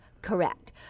Correct